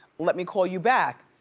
let me call you back.